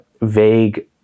vague